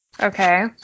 Okay